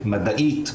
מדעית,